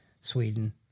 Sweden